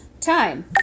time